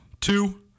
Two